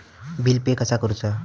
Bill pay कसा करुचा?